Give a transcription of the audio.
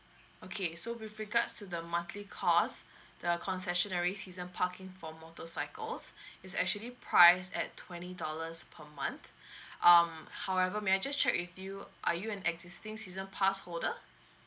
okay so with regards to the monthly cost the concession every season parking for motorcycles is actually priced at twenty dollars per month um however may I just check with you are you an existing season pass holder